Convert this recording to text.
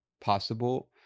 possible